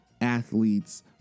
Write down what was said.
athletes